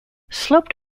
sloped